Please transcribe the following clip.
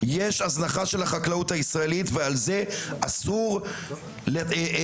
יש הזנחה של החקלאות הישראלית ומזה אסור להתעלם,